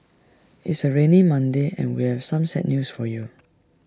it's A rainy Monday and we have some sad news for you